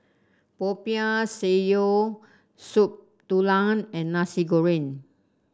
Popiah Sayur Soup Tulang and Nasi Goreng